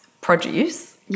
produce